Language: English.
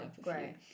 great